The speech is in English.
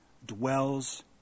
dwells